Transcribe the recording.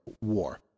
war